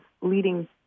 leading